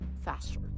faster